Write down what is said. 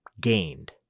gained